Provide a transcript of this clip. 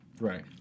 Right